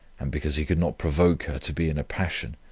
and because he could not provoke her to be in a passion,